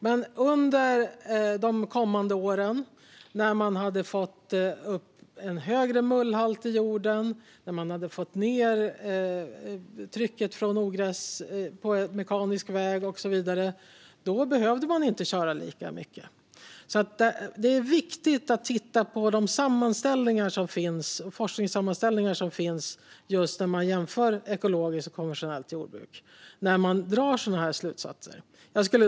Men under de kommande åren, när de hade fått upp en högre mullhalt i jorden och fått ned trycket från ogräsen på mekanisk väg och så vidare, behövde de inte köra lika mycket. Det är viktigt att titta på de forskningssammanställningar som finns, där ekologiskt och konventionellt jordbruk jämförs, när man drar slutsatser.